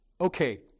okay